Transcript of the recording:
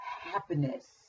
happiness